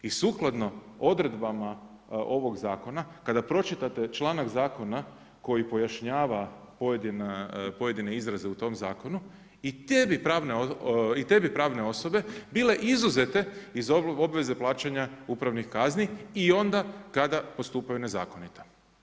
I sukladno odredbama ovog zakona, kada pročitate članak zakona koji pojašnjava pojedine izraze u tom zakonu, i te bi pravne osobe bile izuzete iz obveze plaćanja upravnih kazni i onda kada postupaju nezakonito.